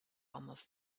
almost